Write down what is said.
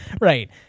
Right